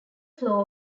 flow